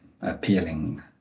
appealing